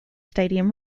stadium